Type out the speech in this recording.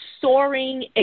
soaring